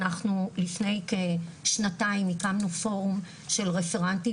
אנחנו לפני כשנתיים הקמנו פורום של רפרנטים